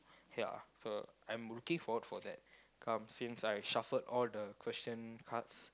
ya so I'm looking forward that come since I shuffled all the question cards